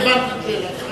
הוא יענה על זה.